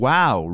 Wow